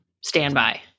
standby